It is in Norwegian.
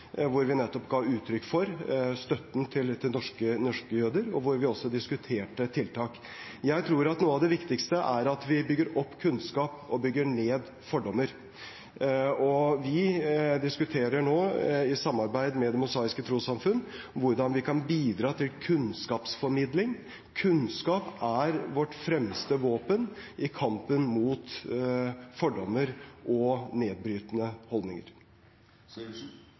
hvor vi nettopp ga uttrykk for støtten til norske jøder, og hvor vi også diskuterte tiltak. Jeg tror at noe av det viktigste er å bygge opp kunnskap og bygge ned fordommer. Vi diskuterer nå i samarbeid med Det Mosaiske Trossamfunn hvordan vi kan bidra til kunnskapsformidling, for kunnskap er vårt fremste våpen i kampen mot fordommer og nedbrytende